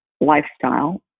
lifestyle